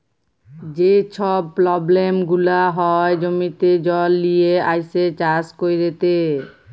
যে ছব পব্লেম গুলা হ্যয় জমিতে জল লিয়ে আইসে চাষ ক্যইরতে